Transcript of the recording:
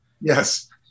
Yes